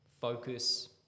focus